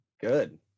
good